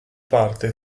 parte